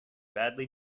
badly